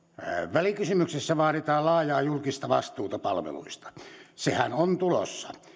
välikysymyksessä vaaditaan laajaa julkista vastuuta palveluista sehän on tulossa